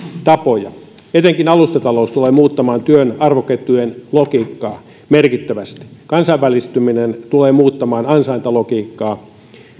tapoja etenkin alustatalous tulee muuttamaan työn arvoketjujen logiikkaa merkittävästi kansainvälistyminen tulee muuttamaan ansaintalogiikkaa